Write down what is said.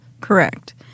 Correct